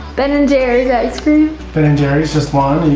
ben and jerry's ice cream. ben and jerry's? just one and